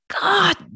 God